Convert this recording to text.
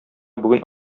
бүген